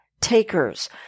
takers